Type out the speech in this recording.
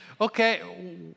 okay